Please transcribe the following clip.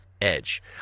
edge